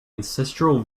ancestral